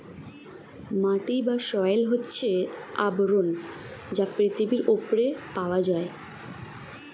মাটি বা সয়েল হচ্ছে আবরণ যা পৃথিবীর উপরে পাওয়া যায়